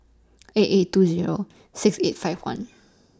eight eight two Zero six eight five one